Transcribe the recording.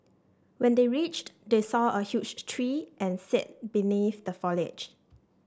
when they reached they saw a huge tree and sat beneath the foliage